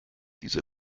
diese